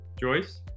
Joyce